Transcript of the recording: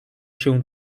się